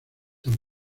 tan